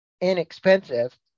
inexpensive